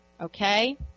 okay